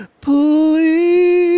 please